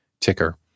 ticker